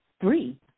three